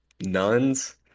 Nuns